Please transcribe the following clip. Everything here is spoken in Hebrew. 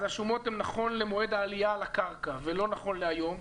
אז השומות הן נכון למועד העלייה לקרקע ולא נכון להיום.